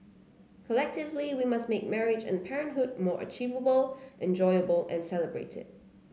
collectively we must make marriage and parenthood more achievable enjoyable and celebrated